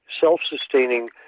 self-sustaining